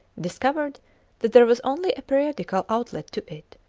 discovered that there was only a periodical outlet to it.